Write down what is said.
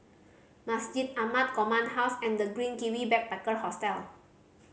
Masjid Ahmad Command House and The Green Kiwi Backpacker Hostel